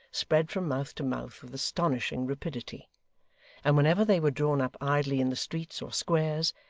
spread from mouth to mouth with astonishing rapidity and whenever they were drawn up idly in the streets or squares,